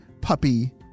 puppy